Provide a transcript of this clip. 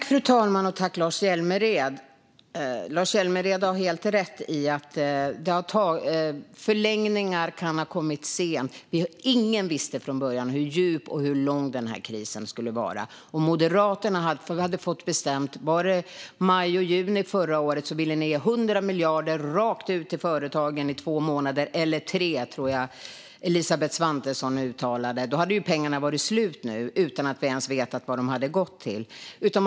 Fru talman! Lars Hjälmered har helt rätt i att förlängningar kan ha kommit sent. Ingen visste från början hur djup och lång den här krisen skulle bli. Moderaterna ville i maj och juni förra året ge 100 miljarder rakt ut till företagen i två eller tre månader - tror jag att Elisabeth Svantesson uttalade sig om - utan att ens veta vad de skulle gå till. Om Moderaterna hade fått bestämma hade pengarna varit slut nu.